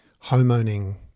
homeowning